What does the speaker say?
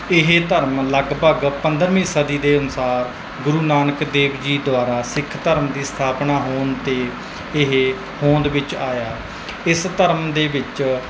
ਇਹ ਧਰਮ ਲਗਭਗ ਪੰਦਰਵੀਂ ਸਦੀ ਦੇ ਅਨੁਸਾਰ ਗੁਰੂ ਨਾਨਕ ਦੇਵ ਜੀ ਦੁਆਰਾ ਸਿੱਖ ਧਰਮ ਦੀ ਸਥਾਪਨਾ ਹੋਣ 'ਤੇ ਇਹ ਹੋਂਦ ਵਿੱਚ ਆਇਆ ਇਸ ਧਰਮ ਦੇ ਵਿੱਚ